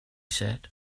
said